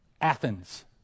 Athens